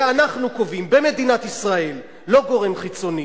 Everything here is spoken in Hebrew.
זה אנחנו קובעים במדינת ישראל, לא גורם חיצוני.